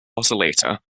oscillator